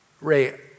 Ray